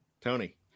Tony